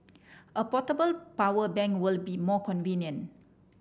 a portable power bank will be more convenient